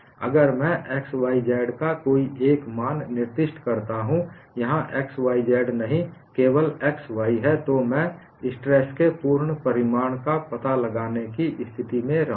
अगर मैं x y z का कोई मान निर्दिष्ट करता हूँ यहाँ x y z नहीं केवल x y है तो मैं स्ट्रेस के पूर्ण परिमाण का पता लगाने की स्थिति में रहूँगा